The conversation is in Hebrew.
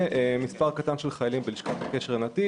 ומספר קטן של חיילים בלשכת הקשר נתיב